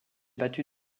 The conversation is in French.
battu